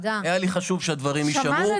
היה לי חשוב שהדברים יישמעו,